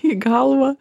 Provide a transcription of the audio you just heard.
į galvą